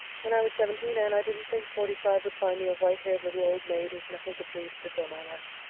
when i was seventeen, anne, i didn't think forty-five would find me a white-haired little old maid with nothing but dreams to fill my life.